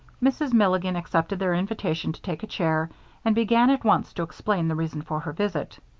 mrs. milligan accepted their invitation to take a chair and began at once to explain the reason for her visit.